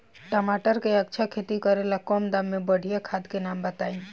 टमाटर के अच्छा खेती करेला कम दाम मे बढ़िया खाद के नाम बताई?